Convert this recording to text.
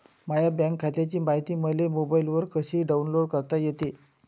माह्या बँक खात्याची मायती मले मोबाईलवर कसी डाऊनलोड करता येते?